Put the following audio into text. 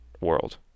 world